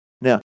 now